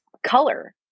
Color